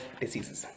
diseases